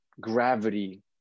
gravity